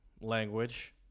language